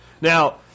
Now